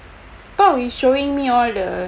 stop showing me all the